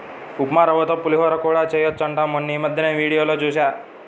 ఉప్మారవ్వతో పులిహోర కూడా చెయ్యొచ్చంట మొన్నీమద్దెనే వీడియోలో జూశా